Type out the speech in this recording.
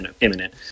imminent